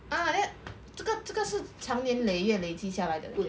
ah then 这个这个是长年累月累积下来的 leh